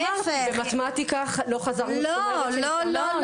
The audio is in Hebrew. במתמטיקה לא --- אודליה,